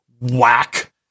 whack